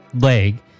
leg